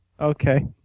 Okay